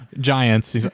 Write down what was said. giants